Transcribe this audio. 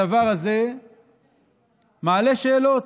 הדבר הזה מעלה שאלות.